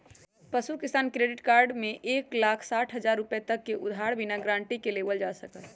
पशु किसान credit card में एक लाख साठ हजार रुपए तक के उधार बिना गारंटी के लेबल जा सका हई